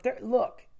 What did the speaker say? look